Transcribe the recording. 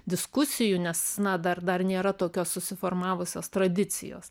diskusijų nes na dar dar nėra tokios susiformavusios tradicijos